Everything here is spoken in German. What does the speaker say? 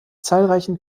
zahlreichen